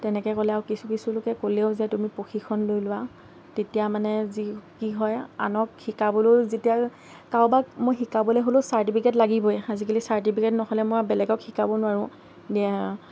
তেনেকৈ ক'লে আৰু কিছু কিছু লোকে ক'লেও যে তুমি প্ৰশিক্ষণ লৈ লোৱা তেতিয়া মানে যি কি হয় আনক শিকাবলৈও যেতিয়া কাৰোবাক মই শিকাবলৈ হ'লেও ছাৰ্টিফিকেট লাগিবই আজিকালি ছাৰ্টিফিকেট নহ'লে মই বেলেগক শিকাব নোৱাৰো